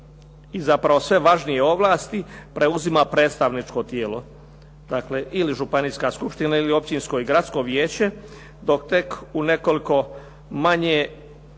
i zapravo sve važnije ovlasti preuzima predstavničko tijelo. Dakle, ili županijska skupština ili općinsko i gradsko vijeće, dok tek u nekoliko manje,